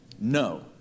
No